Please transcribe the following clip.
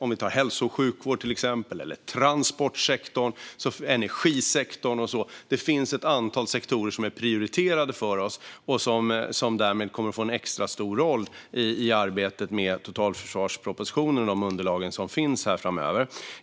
Det finns ett antal sektorer som är prioriterade för oss, till exempel hälso och sjukvårdssektorn, transportsektorn och energisektorn, och som därmed kommer att få en extra stor roll i arbetet med totalförsvarspropositionen och underlagen till den framöver.